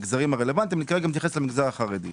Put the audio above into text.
אני כרגע מתייחס למגזר החרדי.